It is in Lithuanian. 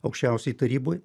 aukščiausioj taryboj